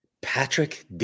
Patrick